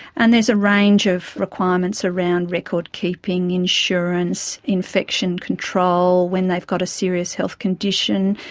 and there's a range of requirements around record-keeping, insurance, infection control, when they've got a serious health condition,